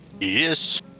Yes